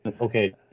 Okay